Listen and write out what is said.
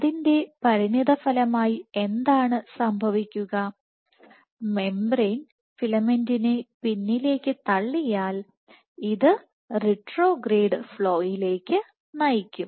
അതിൻറെ പരിണതഫലമായി എന്താണ് സംഭവിക്കുക മെംബ്രേയ്ൻ ഫിലമെന്റിനെ പിന്നിലേക്ക് തള്ളിയാൽ ഇത് റിട്രോഗ്രേഡ് ഫ്ളോയിലേക്ക് നയിക്കും